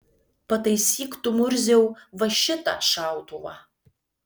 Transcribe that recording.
pataisyk tu murziau va šitą šautuvą